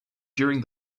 during